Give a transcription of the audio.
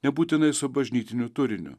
nebūtinai su bažnytiniu turiniu